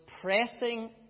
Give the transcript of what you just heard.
pressing